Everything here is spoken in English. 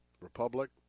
republic